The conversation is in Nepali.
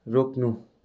रोक्नु